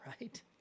Right